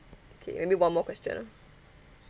okay maybe one more question ah